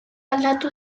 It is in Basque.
aldatu